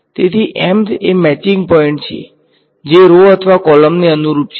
તેથી mth એ matching point છે જે રો અથવા કૉલમને અનુરૂપ છે